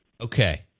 Okay